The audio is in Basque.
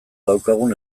daukagun